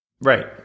Right